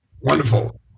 wonderful